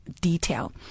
detail